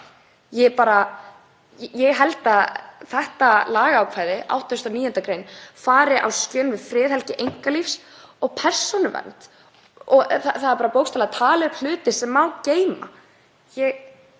Ég held að þetta ákvæði, 89. gr., fari á skjön við friðhelgi einkalífs og persónuvernd. Það eru bókstaflega taldir upp hlutir sem má geyma.